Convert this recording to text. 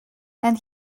and